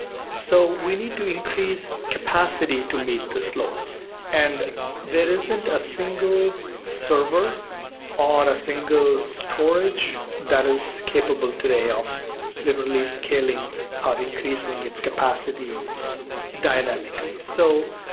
so, we need to increase capacity to meet this load and there isn't a single server on a single storage that is capable today of literally scaling ah increasing its capacity dynamically. so,